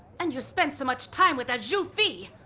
and you spend so much time with that xu fei.